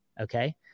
okay